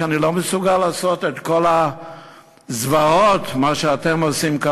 כי אני לא מסוגל לעשות את כל הזוועות שאתם עושים כאן,